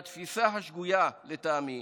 לטעמי,